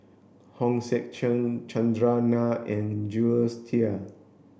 Hong Sek Chern Chandran Nair and Jules Itier